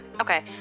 Okay